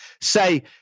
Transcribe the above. say